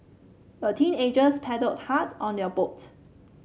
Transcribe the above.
the teenagers paddled hard on their boat